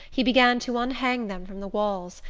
he began to unhang them from the walls,